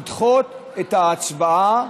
לדחות את ההצבעה